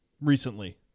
recently